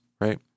right